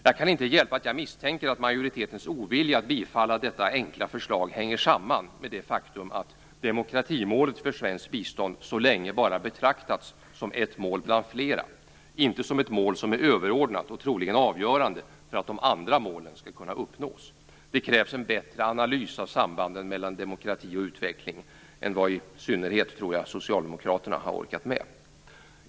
Jag kan inte hjälpa att jag misstänker att majoritetens ovilja att bifalla detta enkla förslag hänger samman med det faktum att demokratimålet för svenskt bistånd så länge bara betraktats som ett mål bland flera och inte som ett mål som är överordnat och troligen avgörande för att de andra målen skall kunna uppnås. Det krävs en bättre analys av sambanden mellan demokrati och utveckling än vad i synnerhet socialdemokraterna har orkat med.